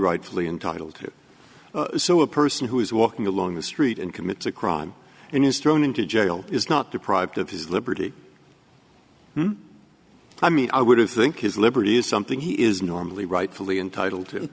rightfully entitled to so a person who is walking along the street and commits a crime and is thrown into jail is not deprived of his liberty i mean i would have think his liberty is something he is normally rightfully entitled to